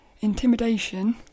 intimidation